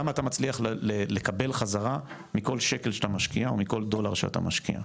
כמה אתה מצליח לקבל חזרה מכל שקל שאתה משקיע או מכל דולר שאתה משקיע.